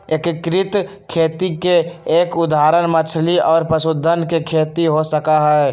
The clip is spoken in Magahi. एकीकृत खेती के एक उदाहरण मछली और पशुधन के खेती हो सका हई